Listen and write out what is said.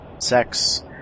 Sex